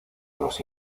los